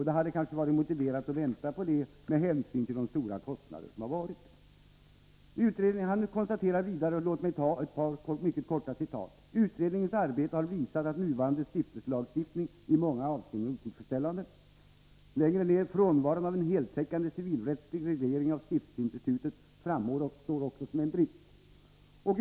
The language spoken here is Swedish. Det hade kanske — med hänsyn till de stora utredningskostnaderna — varit motiverat att vänta på det förslaget. Leif Ekberg skriver vidare: ”Utredningens arbete har visat att nuvarande stiftelselagstiftning i många avseenden är otillfredsställande. ——— Frånvaron av en heltäckande civilrättslig reglering av stiftelseinstitutet framstår också som en brist.